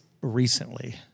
recently